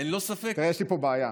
יש לי פה בעיה.